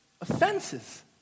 offenses